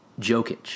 Jokic